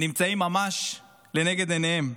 נמצאים ממש לנגד עיניהם: